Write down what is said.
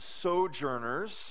sojourners